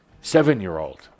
Seven-year-old